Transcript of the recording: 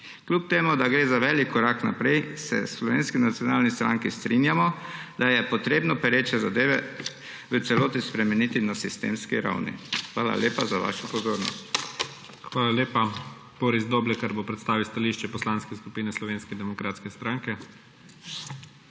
Čeprav gre za velik korak naprej, se v Slovenski nacionalni stranki strinjamo, da je treba pereče zadeve v celoti spremeniti na sistemski ravni. Hvala lepa za vašo pozornost. **PREDSEDNIK IGOR ZORČIČ:** Hvala lepa. Boris Doblekar bo predstavil stališče Poslanske skupine Slovenske demokratske stranke.